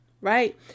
right